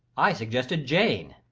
i suggested jane.